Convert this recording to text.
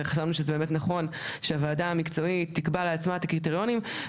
וחשבנו שזה באמת נכון שהוועדה המקצועית תקבע לעצמה את הקריטריונים.